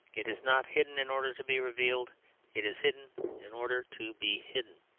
it is not hidden in order to be revealed it is hidden in order to be hidden.